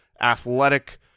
athletic